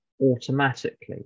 automatically